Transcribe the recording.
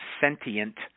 sentient